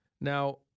Now